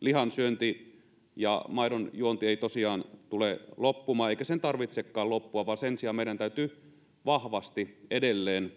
lihansyönti ja maidonjuonti eivät tosiaan tule loppumaan eikä niiden tarvitsekaan loppua vaan sen sijaan meidän täytyy vahvasti edelleen